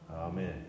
Amen